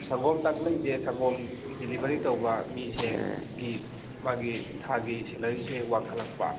ꯁꯪꯒꯣꯝ ꯇꯥꯡꯈꯠꯂꯛꯏꯁꯦ ꯁꯪꯒꯣꯝ ꯗꯦꯂꯤꯚꯔꯤ ꯇꯧꯕ ꯃꯤꯁꯦ ꯒꯤ ꯃꯥꯒꯤ ꯊꯥꯒꯤ ꯁꯦꯂꯔꯤꯁꯦ ꯋꯥꯡꯈꯠꯂꯛꯄ